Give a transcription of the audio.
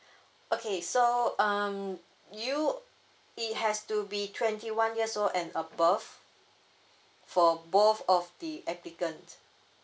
okay so um you it has to be twenty one years old and above for both of the applicant